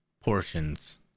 Portions